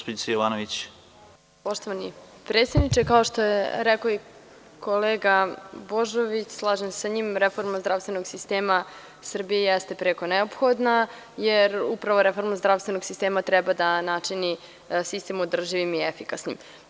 Poštovani predsedniče, kao što je rekao i kolega Božović, slažem se sa njim, reforma zdravstvenog sistema Srbije jeste preko neophodna, jer upravo reforma zdravstvenog sistema treba da načini sistem održivim i efikasnim.